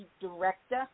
director